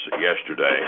yesterday